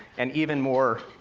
and even more,